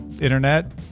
Internet